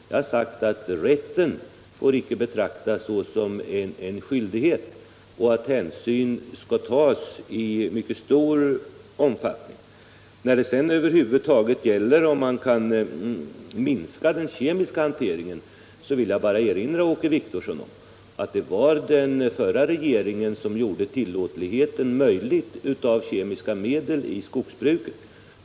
Jag har sagt att rätten inte får betraktas som en skyldighet och att hänsyn skall tas i mycket stor omfattning. I vad sedan gäller frågan om det är möjligt att minska den kemiska hanteringen vill jag erinra Åke Wictorsson om att det var den förra regeringen som tillät användningen av kemiska medel i skogsbruket.